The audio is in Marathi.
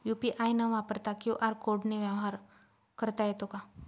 यू.पी.आय न वापरता क्यू.आर कोडने व्यवहार करता येतो का?